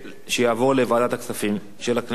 שיעבור לוועדת הכספים של הכנסת.